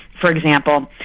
for example,